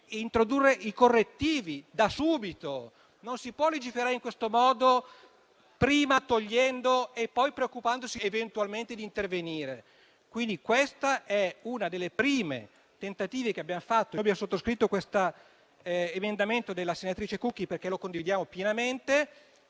introdurre i correttivi da subito. Non si può legiferare in questo modo, prima togliendo e poi preoccupandosi eventualmente di intervenire. Questo è quindi uno dei primi tentativi che abbiamo fatto - e abbiamo sottoscritto l'emendamento della senatrice Cucchi, perché lo condividiamo pienamente